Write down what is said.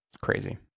crazy